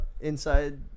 inside